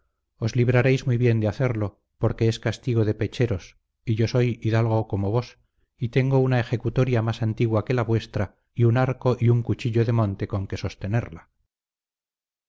hito os libraréis muy bien de hacerlo porque es castigo de pecheros y yo soy hidalgo como vos y tengo una ejecutoria más antigua que la vuestra y un arco y un cuchillo de monte con que sostenerla